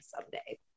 someday